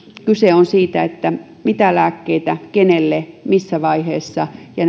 kyse on siitä mitä lääkkeitä kenelle ja missä vaiheessa määrätään ja